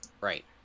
Right